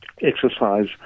exercise